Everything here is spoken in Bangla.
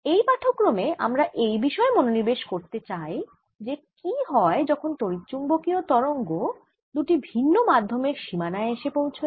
এই পাঠক্রমে আমরা এই বিষয়ে মনোনিবেশ করতে চাই যে কি হয় যখন তড়িৎচুম্বকীয় তরঙ্গ দুটি ভিন্ন মাধ্যমের সীমানায় এসে পৌঁছয়